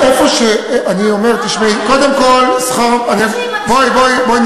אני אומר, תשמעי, קודם כול שכר, זו הבעיה.